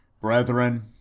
brethren,